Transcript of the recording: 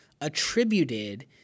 attributed